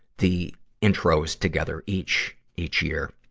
the intros together each, each year.